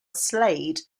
slade